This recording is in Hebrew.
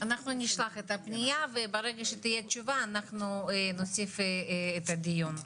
אנחנו נשלח את הפנייה וברגע שתהיה תשובה אנחנו נוסיף את הדיון,